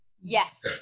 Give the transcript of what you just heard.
Yes